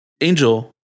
Angel